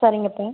சரிங்கப்பா